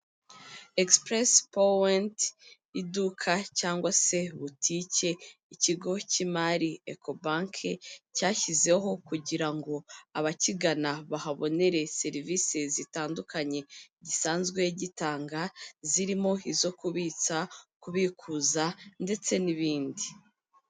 Egisipuresi powenti iduka cyangwa se butike ikigo cy'imari Eko banke cyashyizeho kugira ngo abakigana bahabonere serivisi zitandukanye gisanzwe gitanga zirimo izo kubitsa, kubikuza ndetse n'ibindi.